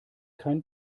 kein